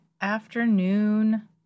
afternoon